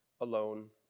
alone